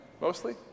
mostly